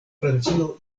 francio